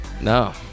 No